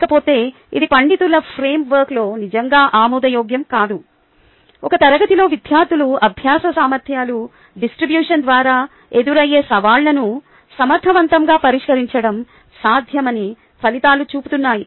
లేకపోతే ఇది పండితుల ఫ్రేమ్వర్క్లో నిజంగా ఆమోదయోగ్యం కాదు ఒక తరగతిలో విద్యార్థుల అభ్యాస సామర్ధ్యాల డిస్ట్రిబ్యూషన్ ద్వారా ఎదురయ్యే సవాలును సమర్థవంతంగా పరిష్కరించడం సాధ్యమని ఫలితాలు చూపుతున్నాయి